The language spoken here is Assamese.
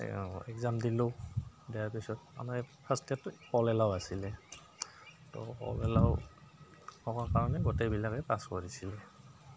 এগজাম দিলোঁ দিয়াৰ পিছত আমাৰ ফাৰ্ষ্ট ইয়াৰটোত আছিলে তো থকা কাৰণে গোটেইবিলাকে পাছ কৰিছিলে